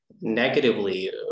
Negatively